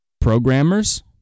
Programmers